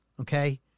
okay